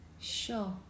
Sure